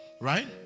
Right